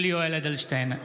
(קורא בשמות חברי הכנסת) יולי יואל אדלשטיין,